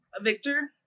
Victor